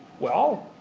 well,